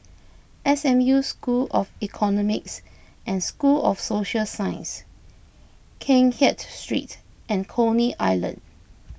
S M U School of Economics and School of Social Sciences Keng Kiat Street and Coney Island